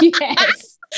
Yes